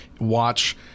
watch